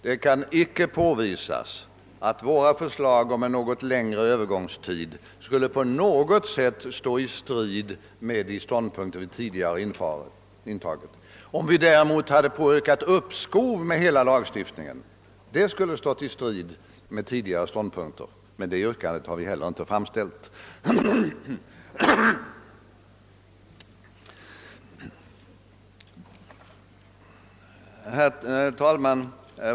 Det kan icke påvisas att våra förslag om en något längre övergångstid skulle på något sätt stå i strid med de ståndpunkter vi tidigare intagit. Om vi däremot hade påyrkat uppskov med hela lagstiftningen, skulle detta ha stått i strid med våra tidigare ståndpunkter, men ett sådant yrkande har vi heller inte framställt. Herr talman!